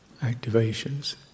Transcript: activations